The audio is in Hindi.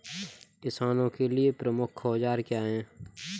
किसानों के लिए प्रमुख औजार क्या हैं?